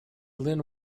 lynne